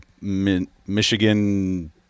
Michigan